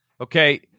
Okay